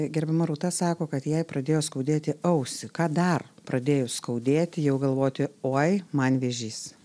gerbiama rūta sako kad jei pradėjo skaudėti ausį ką dar pradėjus skaudėti jau galvoti oi man vėžys